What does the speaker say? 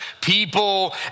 People